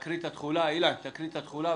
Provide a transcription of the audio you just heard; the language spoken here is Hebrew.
אילן, תקריא את התחולה.